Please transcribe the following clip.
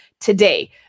today